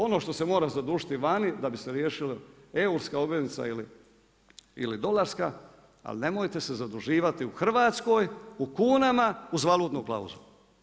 Ono što se mora zadužiti vani da bi se riješila europska obveznica ili dolarska, ali nemojte se zaduživati u Hrvatskoj u kunama uz valutnu klauzulu.